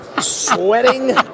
sweating